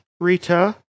Rita